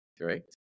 correct